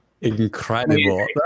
Incredible